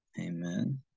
amen